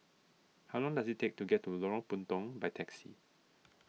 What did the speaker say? how long does it take to get to Lorong Puntong by taxi